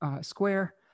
square